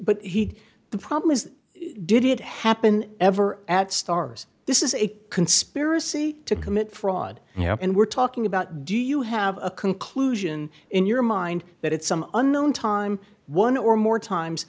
is did it happen ever at stars this is a conspiracy to commit fraud and we're talking about do you have a conclusion in your mind that at some unknown time one or more times